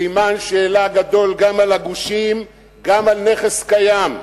סימן שאלה גדול גם על הגושים, גם על נכס קיים.